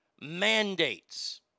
mandates